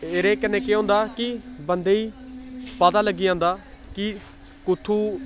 एह्दे कन्नै केह् होंदा कि बंदे गी पता लग्गी जंदा कि कु'त्थूं